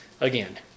again